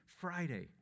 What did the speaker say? Friday